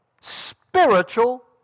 Spiritual